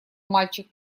мальчик